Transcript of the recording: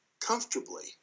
comfortably